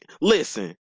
listen